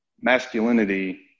masculinity